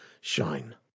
Shine